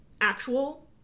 actual